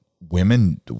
women